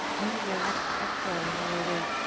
use your next exhale, whenever it is,